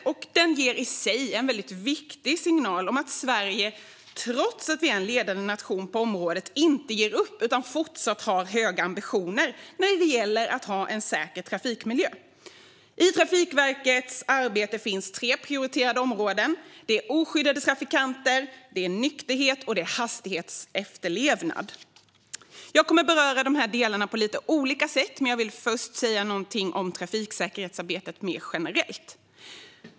Nollvisionen ger i sig en väldigt viktig signal om att Sverige trots att vi är en ledande nation på området inte ger upp utan fortsatt har höga ambitioner när det gäller att ha en säker trafikmiljö. I Trafikverkets arbete finns tre prioriterade områden: oskyddade trafikanter, nykterhet och hastighetsefterlevnad. Jag kommer att beröra dessa delar på lite olika sätt, men jag vill först säga något om trafiksäkerhetsarbetet mer generellt.